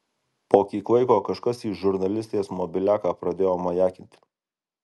po kiek laiko kažkas į žurnalistės mobiliaką pradėjo majakinti